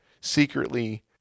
secretly